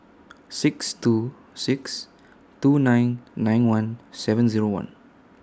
six two six two nine nine one seven Zero one